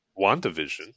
WandaVision